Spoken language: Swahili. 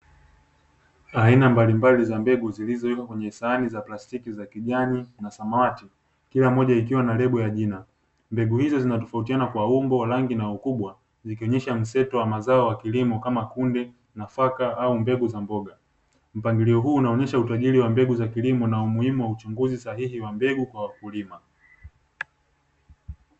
Aina mbalimbali za mbegu zilizowekwa kwenye sahani za plastiki za kijani na samawati kila moja ikiwa na lebo ya jina mbegu hizo zinatofautiana kwa umbo rangi na ukubwa ikionyesha mseto wa mazao kama kunde, nafaka au mbegu za mboga mpangilio unaonyesha utajiri wa mbegu za kilimo na umuhimu wa uchunguzi mbegu sahihi wa mbegu kwa wakulima.